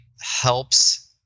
helps